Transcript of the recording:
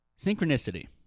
synchronicity